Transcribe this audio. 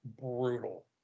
brutal